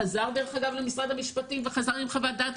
וחזר למשרד המשפטים וחזר עם חוות דעת